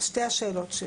שתי השאלות שלי.